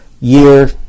year